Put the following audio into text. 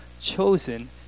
chosen